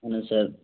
اہن حظ سر